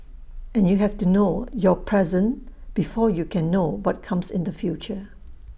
and you have to know your present before you can know what comes in the future